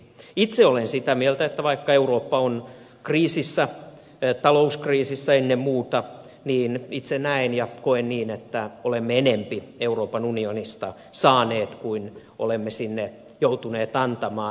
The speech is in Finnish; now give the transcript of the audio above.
itse olen sitä mieltä näen ja koen niin vaikka eurooppa on kriisissä talouskriisissä ennen muuta viini itse näin jatkui niin että olemme enemmän euroopan unionista saaneet kuin olemme sinne joutuneet antamaan